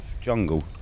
jungle